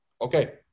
Okay